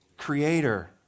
Creator